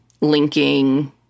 linking